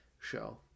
show